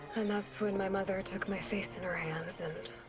and that's when my mother took my face in her hands, and.